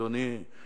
אדוני?